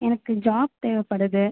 எனக்கு ஜாப் தேவைப்படுது